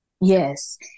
Yes